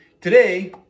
Today